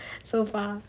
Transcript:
so far